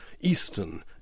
eastern